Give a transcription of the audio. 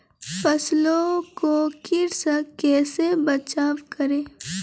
फसलों को कीट से कैसे बचाव करें?